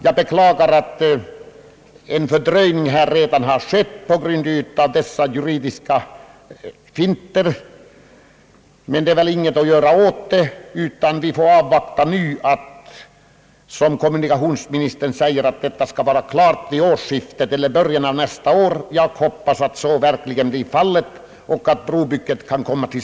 Jag beklagar att en fördröjning redan har skett på grund av dessa juridiska finter, men det är väl inget att göra åt, utan vi får avvakta och se, om frågan, som kommunikationsministern säger, kommer att lösas i början av nästa år.